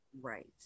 right